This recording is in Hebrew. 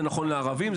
זה נכון לערבים,